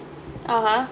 (uh huh)